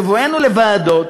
בבואנו לוועדות,